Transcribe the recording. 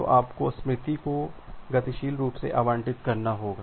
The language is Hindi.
तो आपको स्मृति को गतिशील रूप से आवंटित करना होगा